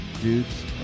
dudes